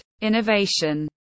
innovation